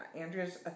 Andrea's